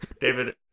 David